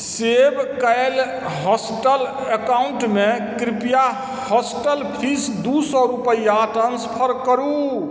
सेव कएल हॉस्टल अकाउन्टमे कृपया हॉस्टल फीस दू सओ रुपैआ ट्रान्सफर करू